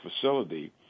facility